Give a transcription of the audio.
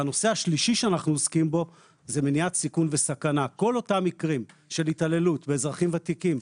3. מניעת סיכון וסכנה: כל אותם מקרים של התעללות באזרחים ותיקים,